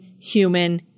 human